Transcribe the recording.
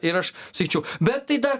ir aš sakyčiau bet tai dar